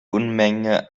unmenge